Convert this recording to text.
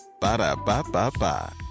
Ba-da-ba-ba-ba